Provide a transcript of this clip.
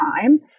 time